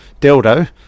Dildo